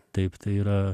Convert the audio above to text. taip tai yra